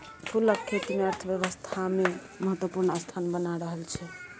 फूलक खेती अर्थव्यवस्थामे महत्वपूर्ण स्थान बना रहल छै